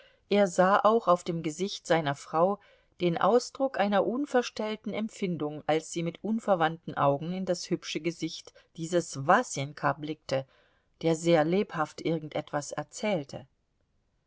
er sah auch auf dem gesicht seiner frau den ausdruck einer unverstellten empfindung als sie mit unverwandten augen in das hübsche gesicht dieses wasenka blickte der sehr lebhaft irgend etwas erzählte